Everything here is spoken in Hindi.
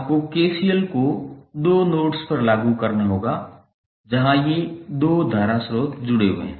आपको KCL को दो नोड्स पर लागू करना होगा जहां ये दो धारा स्रोत जुड़े हुए हैं